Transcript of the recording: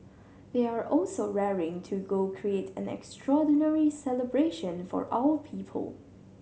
they are also raring to go create an extraordinary celebration for our people